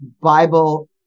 Bible